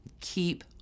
Keep